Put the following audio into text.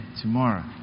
tomorrow